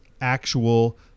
actual